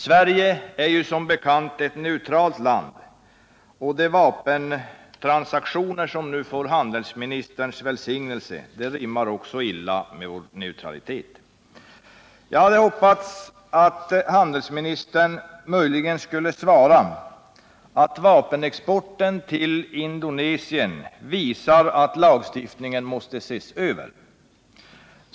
Sverige är som bekant ett neutralt land, och de vapentransaktioner som nu får handelsministerns välsignelse rimmar illa med vår neutralitet. Jag hade hoppats att handelsministern möjligen skulle svara att vapenexporten till Indonesien visar att lagstiftningen måste ses över.